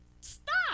Stop